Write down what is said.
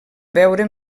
veure